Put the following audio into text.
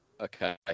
Okay